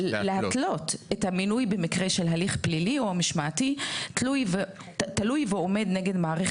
להתלות את המינוי במקרה של הליך פלילי או משמעתי תלוי ועומד נגד מעריך